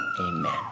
Amen